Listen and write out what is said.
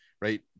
right